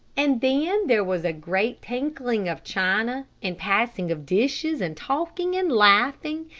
and then there was a great tinkling of china, and passing of dishes, and talking and laughing,